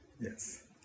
Yes